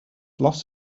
loss